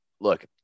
Look